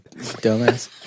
dumbass